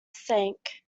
sank